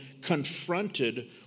confronted